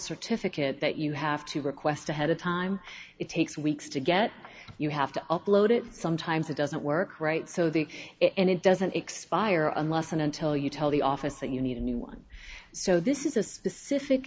certificate that you have to request ahead of time it takes weeks to get you have to upload it sometimes it doesn't work right so the it doesn't expire unless and until you tell the office that you need a new one so this is a specific